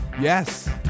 Yes